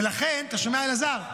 ולכן, אתה שומע, אלעזר?